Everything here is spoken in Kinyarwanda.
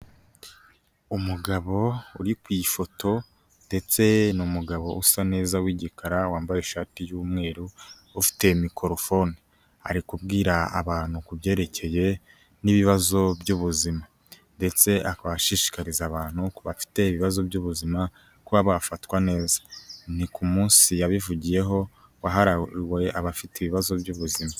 Umugabo uri ku ifoto ndetse n'umugabo usa neza w'igikara wambaye ishati y'umweru ufite mikorofone, ari kubwira abantu kubyerekeye n'ibibazo by'ubuzima ndetse akaba ashishikariza abantu ku bafite ibibazo by'ubuzima kuba bafatwa neza, ni ku munsi yabivugiyeho wahariwe abafite ibibazo by'ubuzima.